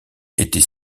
était